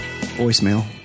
voicemail